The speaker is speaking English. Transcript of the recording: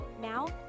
Now